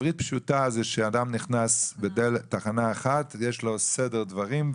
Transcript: בעברית פשוטה זה שאדם נכנס לתחנה אחת ויש לו סדר דברים,